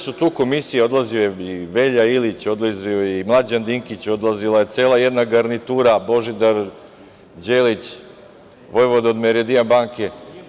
Bile su tu komisije, odlazio je i Velja Ilić, odlazio je i Mlađan Dinkić, odlazila je cela jedna garnitura, Božidar Đelić, vojvoda od „Meridijan banke“